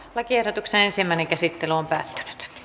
lakiehdotuksen ensimmäinen käsittely päättyi